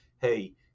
hey